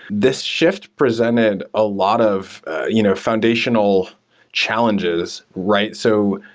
this shift presented a lot of you know foundational challenges, right? so,